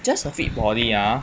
just a fit body ah